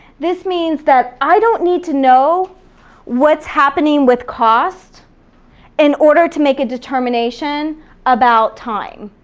this means that i don't need to know what's happening with cost in order to make a determination about time.